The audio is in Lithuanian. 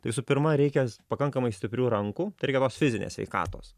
tai visų pirma reikia pakankamai stiprių rankų tai reikia tos fizinės sveikatos